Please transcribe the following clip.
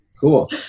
cool